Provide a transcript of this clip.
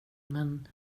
men